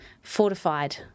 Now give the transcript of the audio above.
fortified